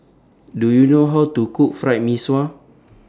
Do YOU know How to Cook Fried Mee Sua